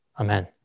amen